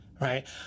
Right